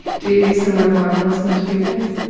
do you use the word marvelous much these days?